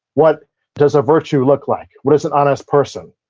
what does a virtue look like, what is an honest person.